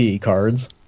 cards